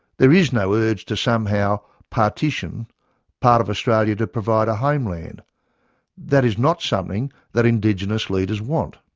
there is no urge to somehow partition part of australia to provide a homeland that is not something that indigenous leaders want.